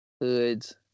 Hoods